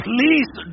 Please